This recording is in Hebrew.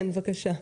בבקשה.